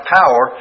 power